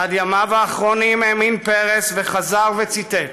עד ימיו האחרונים האמין פרס וחזר וציטט